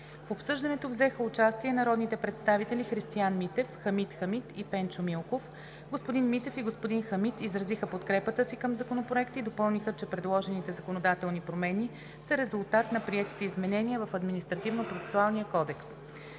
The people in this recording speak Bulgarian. В обсъждането взеха участие народните представители Христиан Митев, Хамид Хамид и Пенчо Милков. Господин Митев и господин Хамид изразиха подкрепата си към Законопроекта и допълниха, че предложените законодателни промени са резултат на приетите изменения в Административнопроцесуалния кодекс.